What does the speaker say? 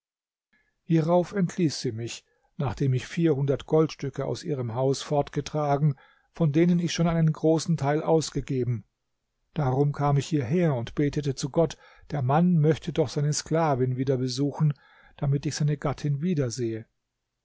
hierauf entließ sie mich nachdem ich vierhundert goldstücke aus ihrem haus fortgetragen von denen ich schon einen großen teil ausgegeben darum kam ich hierher und betete zu gott der mann möchte doch seine sklavin wieder besuchen damit ich seine gattin wiedersehe